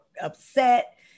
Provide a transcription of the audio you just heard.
upset